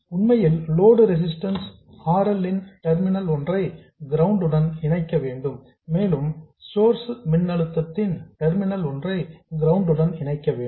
உண்மையில் load resistance R L இன் terminal ஒன்றை கிரவுண்ட் உடன் இணைக்க வேண்டும் மேலும் சோர்ஸ் மின்னழுத்தத்தின் டெர்மினல் ஒன்றை கிரவுண்ட் உடன் இணைக்க வேண்டும்